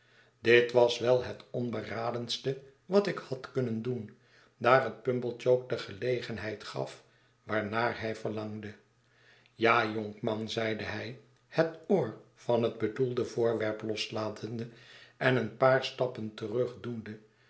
dit was wel het onberadenste wat ik had kunnen doen daar het pumblechook de gelegenheid gaf waarnaar hij verlangde ja jonkman zeide hij het oor van het bedoelde voorwerp loslatende en een paar stappen terug doende